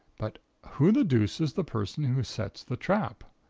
but who the deuce is the person who sets the trap?